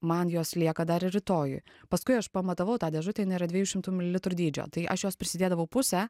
man jos lieka dar ir rytojui paskui aš pamatavau tą dėžutę jinai yra dviejų šimtų mililitrų dydžio tai aš jos prisidėdavau pusę